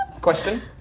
Question